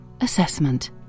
Assessment